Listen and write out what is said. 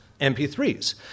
mp3s